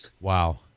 Wow